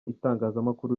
itangazamakuru